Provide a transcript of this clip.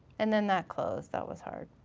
and then that closed, that was hard.